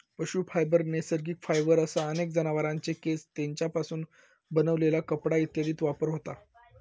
पशू फायबर नैसर्गिक फायबर असा आणि जनावरांचे केस, तेंच्यापासून बनलेला कपडा इत्यादीत वापर होता